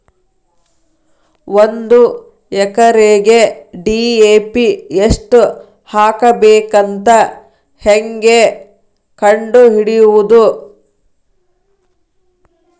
ಒಂದು ಎಕರೆಗೆ ಡಿ.ಎ.ಪಿ ಎಷ್ಟು ಹಾಕಬೇಕಂತ ಹೆಂಗೆ ಕಂಡು ಹಿಡಿಯುವುದು?